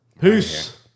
Peace